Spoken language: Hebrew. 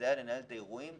ומסייע לנהל את האירועים,